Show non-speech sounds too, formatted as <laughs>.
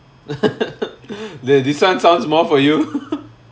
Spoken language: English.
<laughs> this [one] sounds more for you